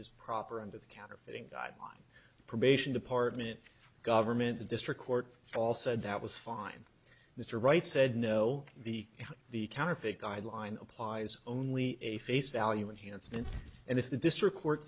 is proper under the counterfeiting guideline probation department government the district court all said that was fine mr wright said no the the counterfeit guideline applies only a face value and hanson and if the district court